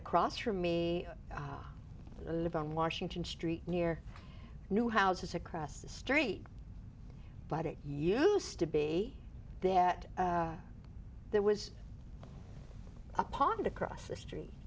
across from me live on washington street near new houses across the street but it used to be there at there was a pocket across the street